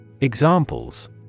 Examples